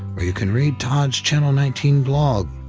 where you can read todd's channel nineteen blog,